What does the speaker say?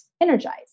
energized